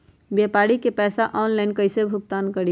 व्यापारी के पैसा ऑनलाइन कईसे भुगतान करी?